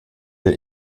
der